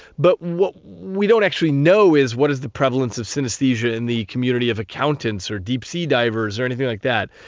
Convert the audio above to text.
but what we don't actually know is what is the prevalence of synaesthesia in the community of accountants or deep sea divers, or anything like that.